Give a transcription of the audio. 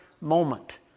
moment